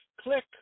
Click